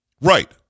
Right